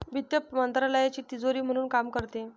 वित्त मंत्रालयाची तिजोरी म्हणून काम करते